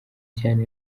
cyane